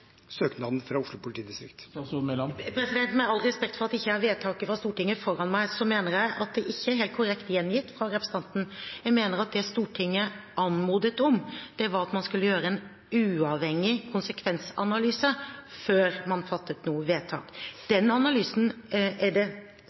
søknaden fra Oslo politidistrikt? Med all respekt for at jeg ikke har vedtaket fra Stortinget foran meg, mener jeg at det ikke er helt korrekt gjengitt fra representanten. Jeg mener at det Stortinget anmodet om, var at man skulle gjennomføre en uavhengig konsekvensanalyse før man fattet noe vedtak. Den analysen er det